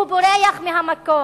הוא בורח מהמקום,